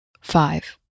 five